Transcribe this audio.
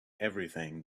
everything